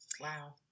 Wow